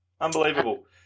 Unbelievable